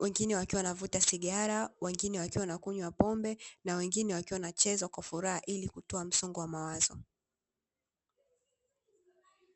wengine wakiwa wanavuta sigara, wengine wakiwa wanakunywa pombe na wengine wakiwa wanachezwa kwa furaha ili kutoa msongo wa mawazo.